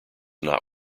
not